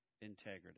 integrity